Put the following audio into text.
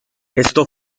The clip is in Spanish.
esto